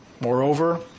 Moreover